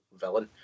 villain